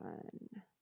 one